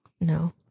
No